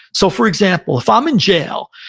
so for example, if i'm in jail,